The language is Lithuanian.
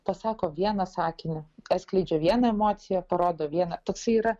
pasako vieną sakinį atskleidžia vieną emociją parodo vieną toksai yra